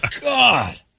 God